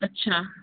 अच्छा